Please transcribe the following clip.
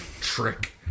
Trick